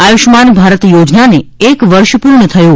આયુષ્માન ભારત યોજનાને એક વર્ષ પૂર્ણ થયું